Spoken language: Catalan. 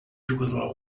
jugador